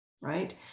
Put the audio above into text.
right